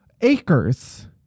acres